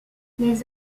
les